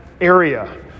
area